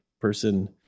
person